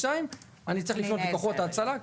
שני היא צריכה לפנות לכוחות ההצלה.